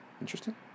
Interesting